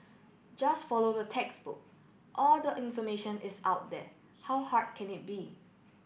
just follow the textbook all the information is out there how hard can it be